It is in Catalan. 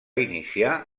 iniciar